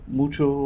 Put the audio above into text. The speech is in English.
mucho